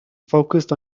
focused